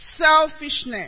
selfishness